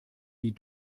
die